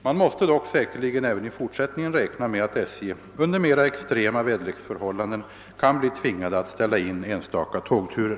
Man måste dock säkerligen även i fortsättningen räkna med att man vid SJ under mera extrema väderleksförhållanden kan bli tvingad att ställa in enstaka tågturer.